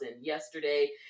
yesterday